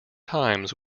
times